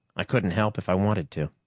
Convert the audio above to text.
i couldn't help if i wanted to.